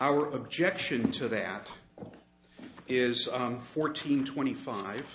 our objection to that is on fourteen twenty five